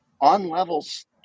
On-levels